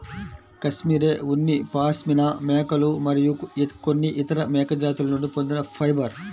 cashmere ఉన్ని పాష్మినా మేకలు మరియు కొన్ని ఇతర మేక జాతుల నుండి పొందిన ఫైబర్